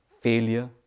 failure